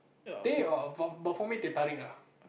teh or but but for me teh tarik lah